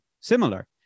similar